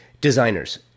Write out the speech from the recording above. Designers